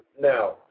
now